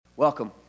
Welcome